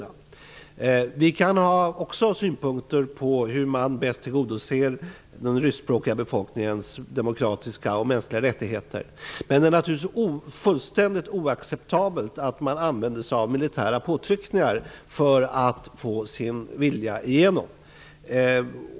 Också vi kan ha synpunkter på hur man bäst tillgodoser den ryskspråkiga befolkningens demokratiska och mänskliga rättigheter, men det är naturligtvis fullständigt oacceptabelt att man använder militära påtryckningar för att försöka få sin vilja igenom.